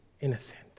innocent